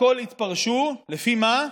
הכול יתפרש לפי מה?